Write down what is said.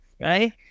right